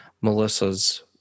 Melissa's